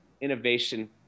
innovation